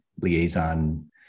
liaison